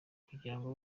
kugirango